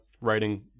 writing